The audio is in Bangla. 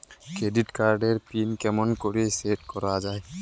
ক্রেডিট কার্ড এর পিন কেমন করি সেট করা য়ায়?